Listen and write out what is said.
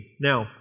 Now